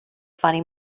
funny